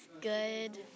good